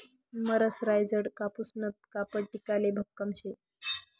मरसराईजडं कापूसनं कापड टिकाले भक्कम शे